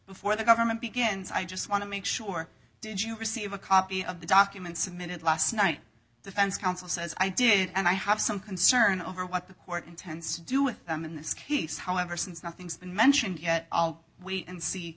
before the government begins i just want to make sure did you receive a copy of the documents submitted last night defense counsel says i did and i have some concern over what the court intends to do with them in this case however since nothing's been mentioned yet i'll wait and see